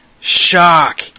Shock